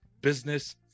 business